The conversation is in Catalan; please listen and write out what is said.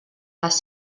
les